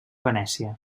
venècia